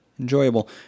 enjoyable